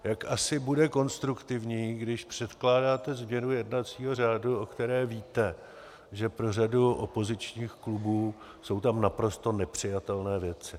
Jak asi bude konstruktivní, když předkládáte změnu jednacího řádu, o které víte, že pro řadu opozičních klubů jsou tam naprosto nepřijatelné věci?